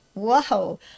Whoa